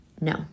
no